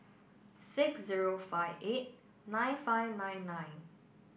six zero five eight nine five nine nine